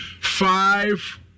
five